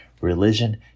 Religion